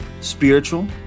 spiritual